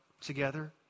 together